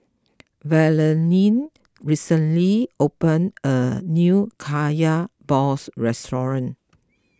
Valentin recently opened a new Kaya Balls restaurant